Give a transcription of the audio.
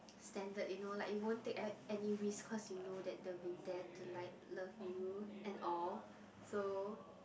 standard you know like you won't take a~ any risk cause you know that they will be there to like love you and all so